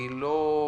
היא לא יוצרת